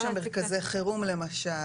יש שם מרכזי חירום למשל.